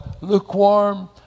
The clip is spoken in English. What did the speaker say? lukewarm